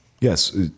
yes